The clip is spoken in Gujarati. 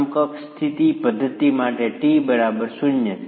સમકક્ષ સ્થિર પદ્ધતિ માટે T બરાબર 0 છે